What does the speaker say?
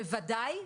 ובוודאי,